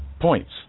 points